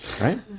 right